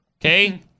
Okay